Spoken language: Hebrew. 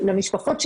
למשפחות שלהם,